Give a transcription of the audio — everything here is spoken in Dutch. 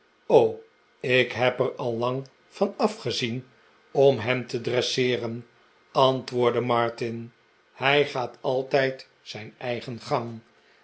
ik heb er al lang van afgezien om hem te dresseeren antwoordde martin hij gaat altijd zijn eigen gang